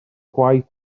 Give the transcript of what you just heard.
gwaith